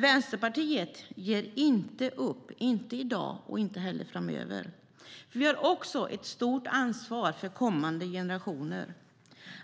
Vänsterpartiet ger dock inte upp vare sig i dag eller framöver, för vi har ett stort ansvar också inför kommande generationer